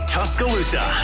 Tuscaloosa